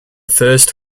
first